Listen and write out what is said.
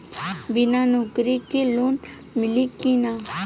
बिना नौकरी के लोन मिली कि ना?